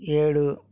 ఏడు